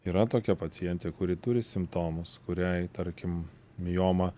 yra tokia pacientė kuri turi simptomus kuriai tarkim mioma